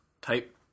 type